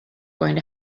going